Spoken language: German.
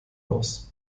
aus